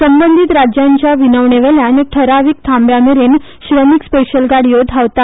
संबंधित राज्यांच्या विनवणेवेल्यान ठराविक थांब्यांमेरेन श्रमिक स्पेशल गाडयो धावतात